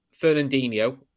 Fernandinho